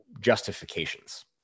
justifications